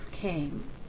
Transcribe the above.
came